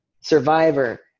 survivor